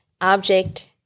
object